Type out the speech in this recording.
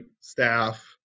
staff